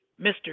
Mr